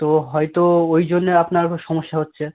তো হয়তো ওই জন্যে আপনার সমস্যা হচ্ছে